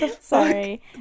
Sorry